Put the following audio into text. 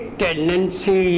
tendency